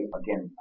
again